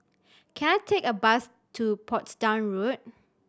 can I take a bus to Portsdown Road